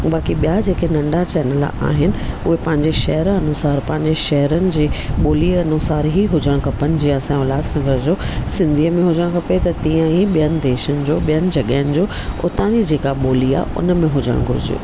बाकि ॿिया जेके नंढा चैनल आहिनि हो पंहिंजे शहर जे अनुसार पंहिंजे शहरुनि जे बोलीअ अनुसार ई हुजणु खपनि जीअं असां उल्हास नगर जो सिंधीअ में हुजणु खपे त तीअं ई ॿियनि देशनि जो ॿियनि जॻह जो उता जी जेका बोली आहे उनमें हुजणु घुरिजे